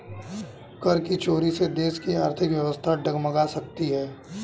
कर की चोरी से देश की आर्थिक व्यवस्था डगमगा सकती है